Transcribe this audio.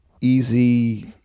Easy